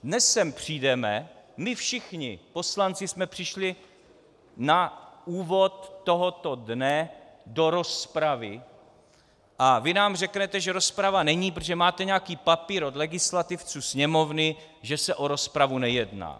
Dnes sem přijdeme, my všichni poslanci jsme přišli na úvod tohoto dne do rozpravy a vy nám řeknete, že rozprava není, protože máte nějaký papír od legislativců Sněmovny, že se o rozpravu nejedná.